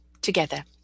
together